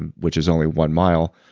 and which is only one mile.